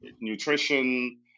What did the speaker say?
nutrition